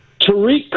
Tariq